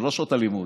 זה לא שעות הלימוד.